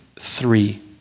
three